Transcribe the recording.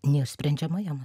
nesprendžiama jam